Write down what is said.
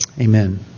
Amen